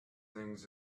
things